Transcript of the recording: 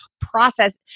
process